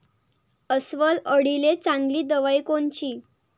अस्वल अळीले चांगली दवाई कोनची?